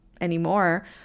anymore